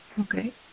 Okay